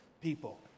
people